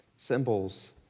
symbols